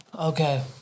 Okay